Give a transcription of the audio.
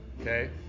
okay